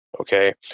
Okay